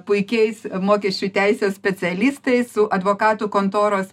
puikiais mokesčių teisės specialistais su advokatų kontoros